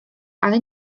ale